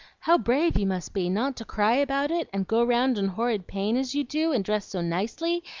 how brave you must be, not to cry about it, and go round in horrid pain, as you do, and dress so nicely,